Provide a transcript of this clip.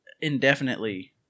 indefinitely